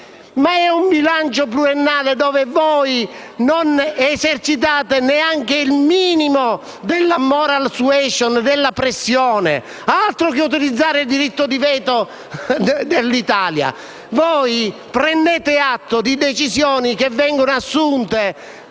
Ma è un bilancio dove voi non esercitate neanche il minimo della *moral suasion* e della pressione. Altro che utilizzare il diritto di veto per l'Italia! Voi prendete atto di decisioni che vengono assunte